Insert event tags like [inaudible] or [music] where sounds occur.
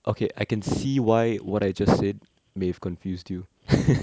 okay I can see why what I just said may have confused you [noise]